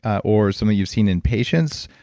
or something you've seen in patients?